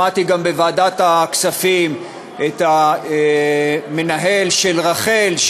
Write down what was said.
שמעתי גם בוועדת הכספים את המנהל של רח"ל,